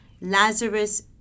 Lazarus